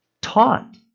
taught